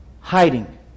Hiding